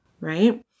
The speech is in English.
right